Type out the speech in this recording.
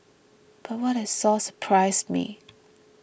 but what I saw surprised me